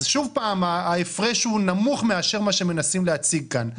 שוב, ההפרש הוא נמוך מזה שמנסים להציג כאן.